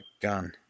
gun